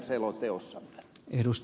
arvoisa puhemies